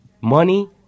money